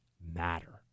matter